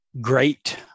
great